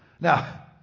Now